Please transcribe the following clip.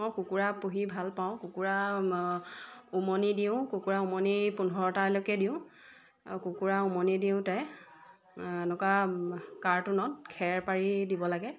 মই কুকুৰা পুহি ভাল পাওঁ কুকুৰা উমনি দিওঁ কুকুৰা উমনি পোন্ধৰটালৈকে দিওঁ কুকুৰা উমনি দিওঁতে এনেকুৱা কাৰ্টুনত খেৰ পাৰি দিব লাগে